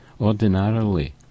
Ordinarily